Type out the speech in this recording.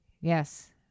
Yes